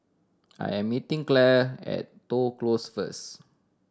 I am meeting Clare at Toh Close first